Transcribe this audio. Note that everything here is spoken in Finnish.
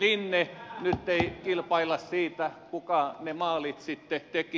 nyt ei kilpailla siitä kuka ne maalit sitten teki